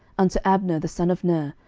unto abner the son of ner,